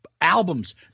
albums